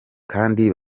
kandi